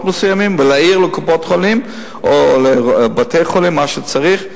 מסוימים ולהעיר לקופות-חולים או לבתי-חולים מה שצריך.